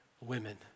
women